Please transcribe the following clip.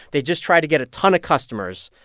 they just try to get a ton of customers.